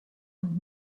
und